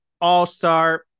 all-star